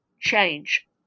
change